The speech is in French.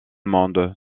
monde